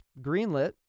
greenlit